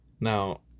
Now